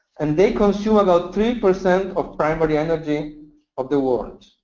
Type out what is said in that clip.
and they consume about three percent of primary energy of the world.